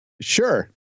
Sure